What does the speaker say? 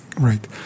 right